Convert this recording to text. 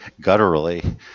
gutturally